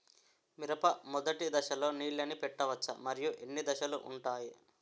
మిరప మొదటి దశలో నీళ్ళని పెట్టవచ్చా? మరియు ఎన్ని దశలు ఉంటాయి?